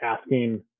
asking